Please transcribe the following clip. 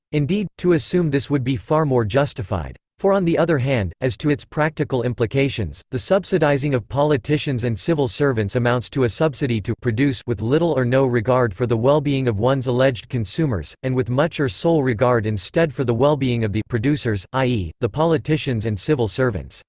indeed, to assume this would be far more justified. for on the other hand, as to its practical implications, the subsidizing of politicians and civil servants amounts to a subsidy to produce with little or no regard for the well-being of one's alleged consumers, and with much or sole regard instead for the well-being of the producers, i e, the politicians and civil servants.